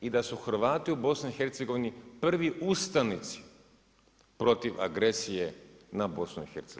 I da su Hrvati u BiH, prvi ustanici protiv agresije na BiH.